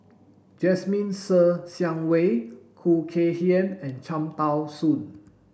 Jasmine Ser Xiang Wei Khoo Kay Hian and Cham Tao Soon